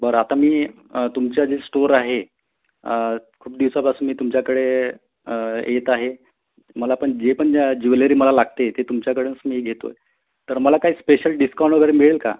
बरं आता मी तुमचं जे स्टोअर आहे खूप दिवसांपासून मी तुमच्याकडे येत आहे मला पण जे पण ज्वेलरी मला लागते ते तुमच्याकडंच मी घेतो आहे तर मला काही स्पेशल डिस्काउंट वगैरे मिळेल का